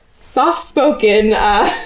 soft-spoken